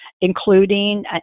including